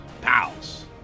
pals